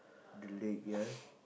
the leg ya